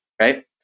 Right